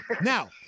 Now